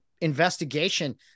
investigation